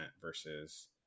versus